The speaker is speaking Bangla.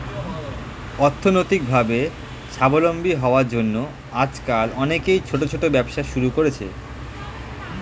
অর্থনৈতিকভাবে স্বাবলম্বী হওয়ার জন্য আজকাল অনেকেই ছোট ছোট ব্যবসা শুরু করছে